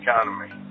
economy